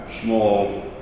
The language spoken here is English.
small